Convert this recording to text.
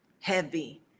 heavy